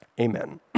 Amen